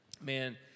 Man